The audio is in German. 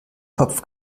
kopf